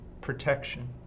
protection